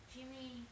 Jimmy